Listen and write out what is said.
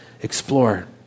explore